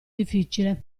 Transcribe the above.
difficile